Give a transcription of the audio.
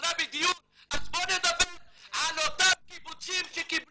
ועזרה בדיור, אז בואו נדבר על אותם קיבוצים שקיבלו